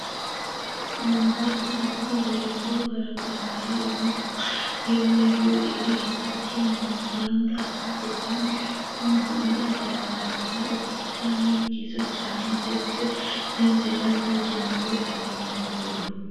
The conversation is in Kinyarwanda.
Mu muhanda wa kaburimbo haragaragara imodoka, y'umweru iri hagati mu muhanda kuruhande, rw'umuhanda haragaragara ubusitani bwiza cyane ndetse, n'inzira zagenewe abanyamaguru.